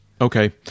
okay